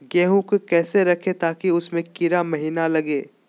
गेंहू को कैसे रखे ताकि उसमे कीड़ा महिना लगे?